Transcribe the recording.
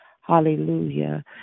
Hallelujah